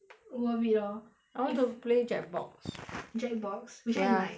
worth it lor if I want to play jack box jack box ya which [one] you like